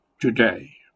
today